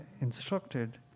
instructed